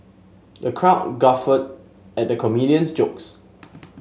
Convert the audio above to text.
the crowd guffawed at the comedian's jokes